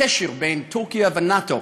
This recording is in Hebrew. הקשר בין טורקיה ונאט"ו,